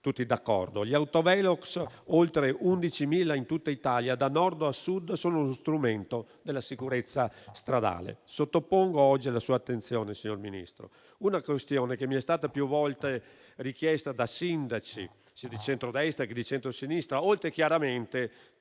tutti d'accordo: gli autovelox, oltre 11.000 in tutta Italia, da Nord a Sud, sono uno strumento della sicurezza stradale. Sottopongo oggi alla sua attenzione, signor Ministro, una questione che mi è stata più volte richiesta da sindaci, sia di centrodestra che di centrosinistra, oltre chiaramente